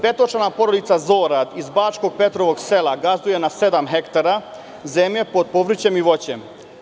Petočlana porodica Zorad iz Bačkog Petrovog Sela gazduje na sedam hektara zemlje pod povrćem i voćem.